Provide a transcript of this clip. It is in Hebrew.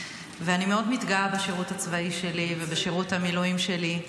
ואני מאוד מתגאה בשירות הצבאי שלי ובשירות המילואים שלי.